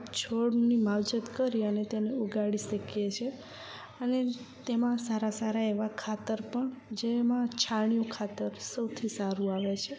છોડની માવજત કરી અને તેને ઉગાડી શકીએ છીએ અને તેમાં સારા સારા એવાં ખાતર પણ જેમાં છાણિયું ખાતર સૌથી સારું આવે છે